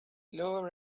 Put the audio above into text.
lower